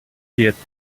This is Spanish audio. siete